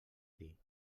dir